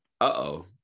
Uh-oh